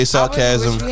Sarcasm